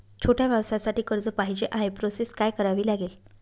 छोट्या व्यवसायासाठी कर्ज पाहिजे आहे प्रोसेस काय करावी लागेल?